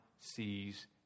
sees